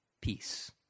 Peace